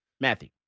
Matthew